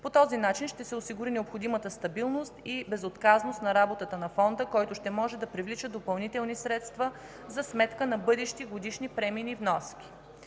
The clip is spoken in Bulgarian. По този начин ще се осигури необходимата стабилност и безотказност в работата на Фонда, който ще може да привлича допълнителни средства за сметка на бъдещи годишни премийни вноски.